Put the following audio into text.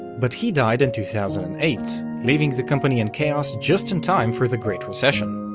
but he died in two thousand and eight, leaving the company in chaos just in time for the great recession.